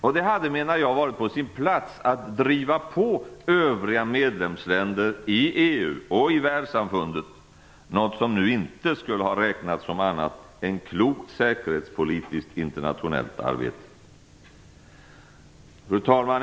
Och det hade, menar jag, varit på sin plats att driva på övriga medlemsländer i EU och i världssamfundet, något som nu inte skulle ha räknats som annat än klokt säkerhetspolitiskt internationellt arbete. Fru talman!